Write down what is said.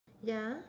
ya